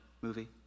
movie